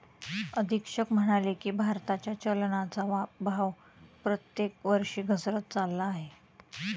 अधीक्षक म्हणाले की, भारताच्या चलनाचा भाव प्रत्येक वर्षी घसरत चालला आहे